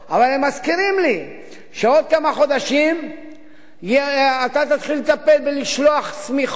אבל הם מזכירים לי שעוד כמה חודשים אתה תתחיל לטפל במשלוח שמיכות